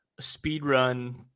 speedrun